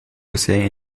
bisher